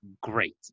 great